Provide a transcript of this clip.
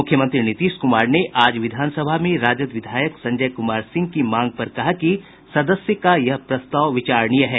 मुख्यमंत्री नीतीश कुमार ने आज विधानसभा में राजद विधायक संजय कुमार सिंह की मांग पर कहा कि सदस्य का यह प्रस्ताव विचारणीय है